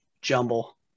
jumble